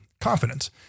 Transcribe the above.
confidence